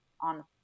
on